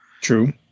true